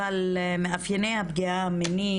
אבל מאפייני הפגיעה המינית,